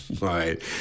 Right